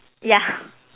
yeah